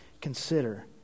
consider